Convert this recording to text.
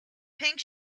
pink